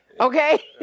Okay